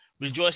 Rejoice